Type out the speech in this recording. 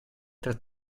tra